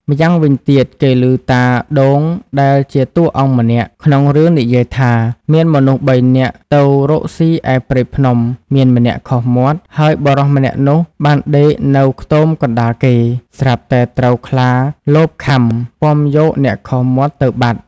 ម្យ៉ាងវិញទៀតគេឮតាដូងដែលជាតួអង្គម្នាក់ក្នុងរឿងនិយាយថា មានមនុស្សបីនាក់់ទៅរកស៊ីឯព្រៃភ្នំ មានម្នាក់ខុសមាត់